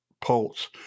pulse